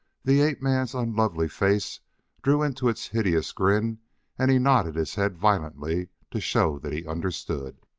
the ape-man's unlovely face drew into its hideous grin and he nodded his head violently to show that he understood.